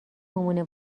مونه